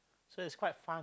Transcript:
so it's quite fun